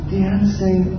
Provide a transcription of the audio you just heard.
dancing